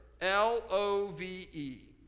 L-O-V-E